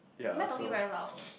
am I talking very loud